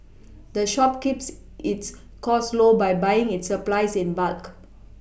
the shop keeps its costs low by buying its supplies in bulk